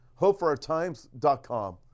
HopeForOurTimes.com